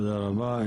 תודה רבה.